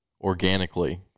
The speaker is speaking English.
organically